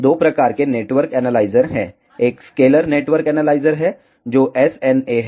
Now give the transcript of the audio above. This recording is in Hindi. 2 प्रकार के नेटवर्क एनालाइजर हैं एक स्केलर नेटवर्क एनालाइजर है जो SNA है